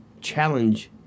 challenge